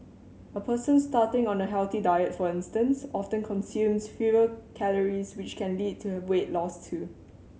a person starting on a healthy diet for instance often consumes fewer calories which can lead to a weight loss too